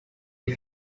you